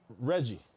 Reggie